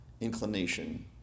inclination